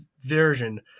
version